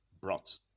brought